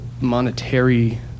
monetary